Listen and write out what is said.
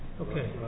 Okay